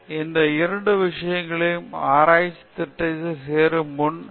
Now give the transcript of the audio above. இந்த இரண்டு விஷயங்கள் ஆராய்ச்சி திட்டத்தில் நீங்கள் சேரும் முன் அடிப்படை விஷயங்கள்